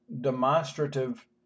demonstrative